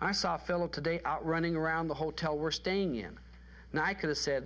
i saw philip today out running around the hotel we're staying in and i could've said